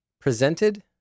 presented